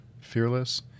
fearless